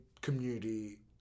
community